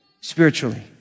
spiritually